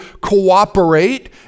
cooperate